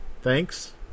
Thanks